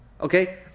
Okay